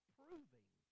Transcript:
proving